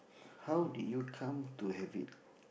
how did you come to have it